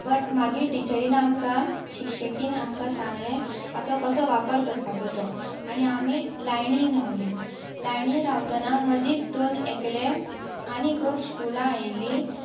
but मागीर टिचरीन आमकां शिक्षिकेन आमकां सांगलें हाचो कसो वापर करपाचो तो आनी आमी लायनीन रावलीं लायनीन रावतना मदींच दोन एकलें आनी खूब स्कुलां आयिल्लीं